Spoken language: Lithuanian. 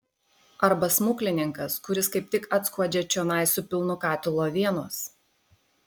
arba smuklininkas kuris kaip tik atskuodžia čionai su pilnu katilu avienos